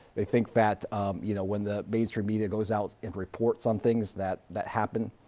they think that you know, when the mainstream media goes out and reports on things that that happen,